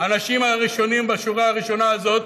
האנשים הראשונים בשורה הראשונה הזאת.